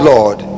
Lord